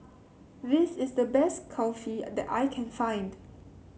this is the best Kulfi that I can find